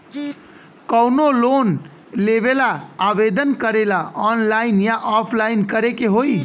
कवनो लोन लेवेंला आवेदन करेला आनलाइन या ऑफलाइन करे के होई?